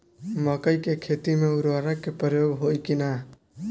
मकई के खेती में उर्वरक के प्रयोग होई की ना?